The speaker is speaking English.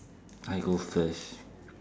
I go first